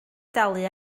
dalu